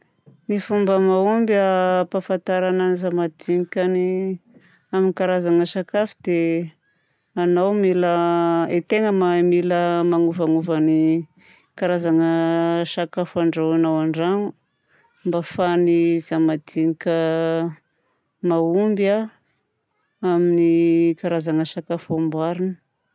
Ny fomba mahomby a ampahafantarana ny zaza majinika ny hani- karazagna sakafo dia anao mila e tegna mila manovaova ny karazagna sakafo andrahoina ao an-drano mba ahafan'ny zaza majinika mahomby a amin'ny karazagna sakafo amboarina.